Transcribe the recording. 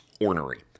ornery